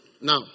Now